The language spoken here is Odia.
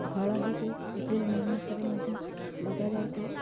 ହଳଦୀକୁ ଏପ୍ରିଲ୍ ମେ ମାସରେ ମଧ୍ୟ ଲଗାଯାଇଥାଏ